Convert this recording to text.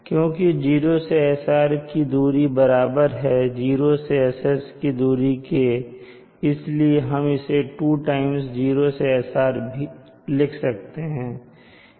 क्योंकि 0 से SR की दूरी बराबर है 0 से SS की दूरी के इसलिए हम इसे 2 टाइम्स 0 से SR लिख सकते हैं